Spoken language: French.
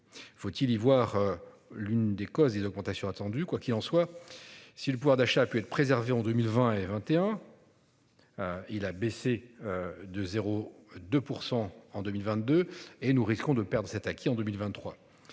Faut-il y voir. L'une des causes et augmentation attendue quoi qu'il en soit. Si le pouvoir d'achat a pu être préservée en 2020 et 21. Il a baissé. De 0 2 % en 2022 et nous risquons de perdre cet acquis en 2023.